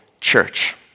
church